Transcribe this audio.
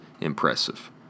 impressive